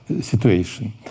situation